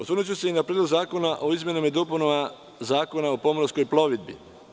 Osvrnuću se i na Predlog zakona o izmenama i dopunama Zakona o pomorskoj plovidbi.